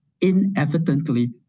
inevitably